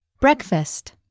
Breakfast